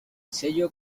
sello